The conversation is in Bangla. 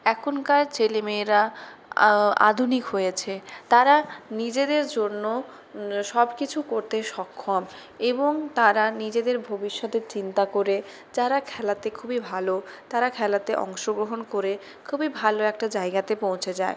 এখনকার ছেলে মেয়েরা আধুনিক হয়েছে তারা নিজেদের জন্য সব কিছু করতে সক্ষম এবং তারা নিজেদের ভবিষ্যতের চিন্তা করে যারা খেলাতে খুবই ভালো তারা খেলাতে অংশগ্রহণ করে খুবই ভালো একটা জায়গাতে পৌঁছে যায়